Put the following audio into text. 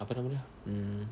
apa nama dia mm